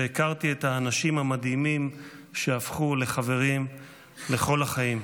והכרתי את האנשים המדהימים שהפכו לחברים לכל החיים.